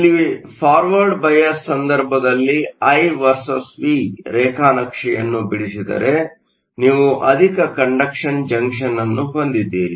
ಇಲ್ಲಿಫಾರ್ವರ್ಡ್ bias ಸಂದರ್ಭದಲ್ಲಿ I versus V ರೇಖಾನಕ್ಷೆಯನ್ನು ಬಿಡಿಸಿದರೆ ನೀವು ಅಧಿಕ ಕಂಡಕ್ಷನ್ ಜಂಕ್ಷನ್ ಅನ್ನು ಹೊಂದಿದ್ದೀರಿ